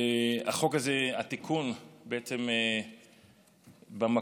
החוק הזה, התיקון בעצם במקור